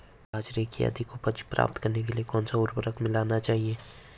बाजरे की अधिक उपज प्राप्त करने के लिए कौनसा उर्वरक मिलाना चाहिए?